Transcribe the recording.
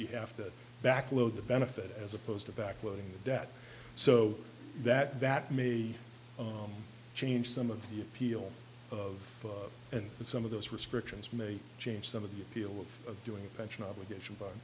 you have to backload the benefit as opposed to back loading the debt so that that may change some of the appeal of and some of those restrictions may change some of the appeal of doing pension obligation but